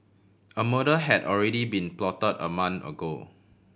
a murder had already been plotted a month ago